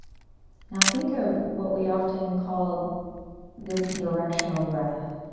now think of what we often call this directional breath.